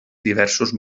diversos